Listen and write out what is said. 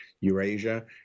Eurasia